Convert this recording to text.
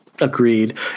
Agreed